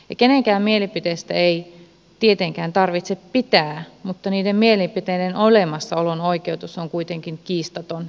kenenkään mielipiteistä ei tietenkään tarvitse pitää mutta niiden mielipiteiden olemassaolon oikeutus on kuitenkin kiistaton jokaiselle